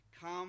Come